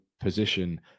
position